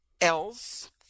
else